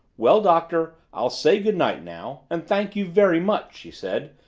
well, doctor i'll say good night now and thank you very much, she said,